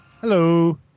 Hello